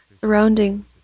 surrounding